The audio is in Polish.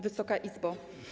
Wysoka Izbo!